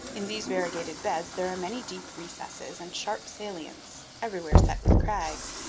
in these variegated beds there are many deep recesses and sharp salients, everywhere set with crags,